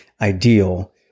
ideal